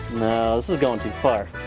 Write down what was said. no, this is going too far